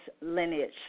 lineage